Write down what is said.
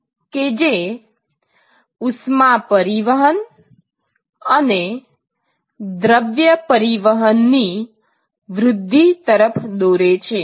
કે જે ઉષ્મા પરિવહન અને દ્રવ્ય પરિવહન ની વૃદ્ધિ તરફ દોરે છે